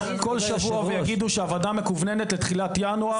כל שבוע יגידו שהוועדה מכווננת לתחילת ינואר.